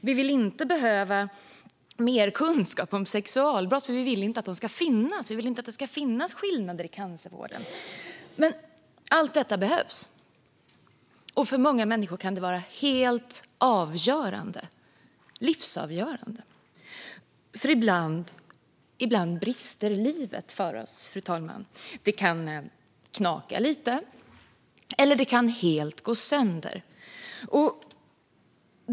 Vi vill inte behöva mer kunskap om sexualbrott, för vi vill inte att de ska finnas. Vi vill inte att det ska finnas skillnader i cancervården. Men allt detta behövs, och för många människor kan det vara helt avgörande - livsavgörande. Ibland brister nämligen livet för oss, fru talman. Det kan knaka lite, eller det kan helt gå sönder.